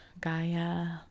gaia